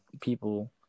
people